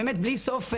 באמת בלי סוף,